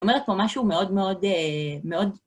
את אומרת, פה משהו מאוד מאוד, מאוד...